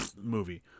movie